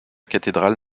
cathédrale